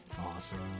Awesome